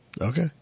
Okay